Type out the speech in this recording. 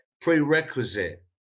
prerequisite